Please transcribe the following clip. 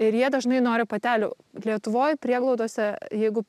ir jie dažnai nori patelių lietuvoj prieglaudose jeigu